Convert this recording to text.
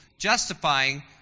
justifying